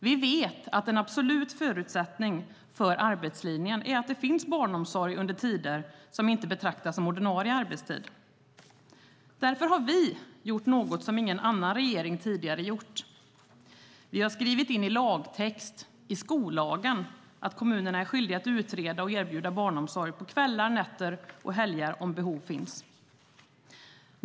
Vi vet att en absolut förutsättning för arbetslinjen är att det finns barnomsorg under tider som inte betraktas som ordinarie arbetstid. Därför har vi gjort något som ingen annan regering tidigare gjort; vi har skrivit in i lagtext, i skollagen, att kommunerna är skyldiga att utreda och erbjuda barnomsorg på kvällar, nätter och helger om behov finns.